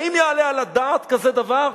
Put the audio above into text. האם יעלה על הדעת כזה דבר?